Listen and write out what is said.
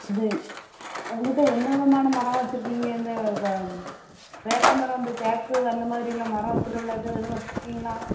இது உங்கள்கிட்ட எந்த விதமான மரம் வச்சுருக்கீங்க இந்த ப வேப்பமரம் இந்த தேக்கு அந்த மாதிரி உள்ள மரத்தில் உள்ளது எதுவும் வச்சுருக்கீங்களா